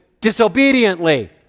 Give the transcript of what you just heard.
disobediently